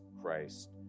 Christ